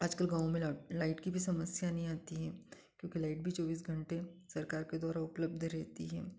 आजकल गाँव में लाइट लाइट की भी समस्या नहीं आती है क्योंकि लाइट भी चौबीस घंटे सरकार के द्वारा उपलब्ध रहती है